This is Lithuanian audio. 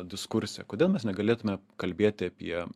diskurse kodėl mes negalėtume kalbėti apie